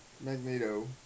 Magneto